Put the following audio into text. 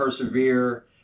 persevere